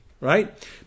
right